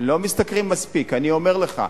לא משתכרים מספיק, אני אומר לך,